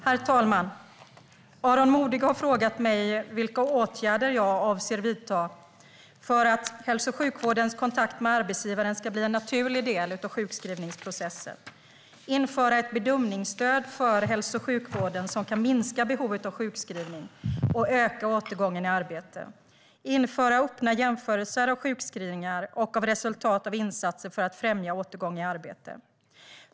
Herr talman! Aron Modig har frågat mig vilka åtgärder jag avser att vidta för att hälso och sjukvårdens kontakt med arbetsgivaren ska bli en naturlig del av sjukskrivningsprocessen införa ett bedömningsstöd för hälso och sjukvården som kan minska behovet av sjukskrivning och öka återgången i arbete införa öppna jämförelser av sjukskrivningar och av resultat av insatser för att främja återgång i arbete.